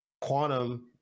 quantum